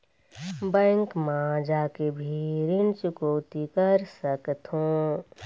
Bank मा जाके भी ऋण चुकौती कर सकथों?